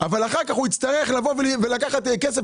אבל אחר כך הוא יצטרך לבוא ולקחת כסף